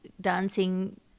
dancing